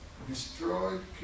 destroyed